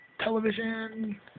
television